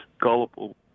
gullible